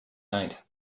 night